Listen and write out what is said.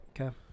Okay